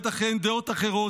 בטח אין דעות אחרות,